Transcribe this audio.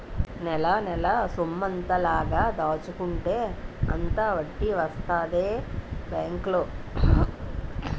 నెలనెలా సొమ్మెంత లాగ దాచుకుంటే అంత వడ్డీ వస్తదే బేంకులో